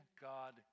God